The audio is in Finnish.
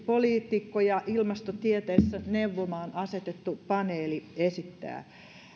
poliitikkoja ilmastotieteessä neuvomaan asetettu paneeli esittää